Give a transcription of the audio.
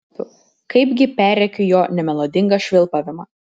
nekuopiu kaipgi perrėkiu jo nemelodingą švilpavimą